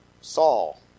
Saul